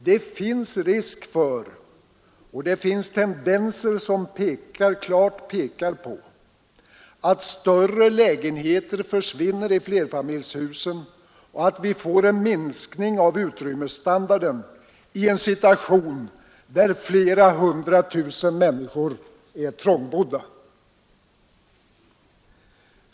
Det finns risk för och det finns tendenser som klart pekar på att lägenheterna i flerfamiljshusen blir allt mindre och att vi får en minskning av utrymmesstandarden i en situation där flera hundra tusen människor är trångbodda.